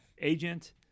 agent